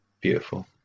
Beautiful